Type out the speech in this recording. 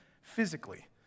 physically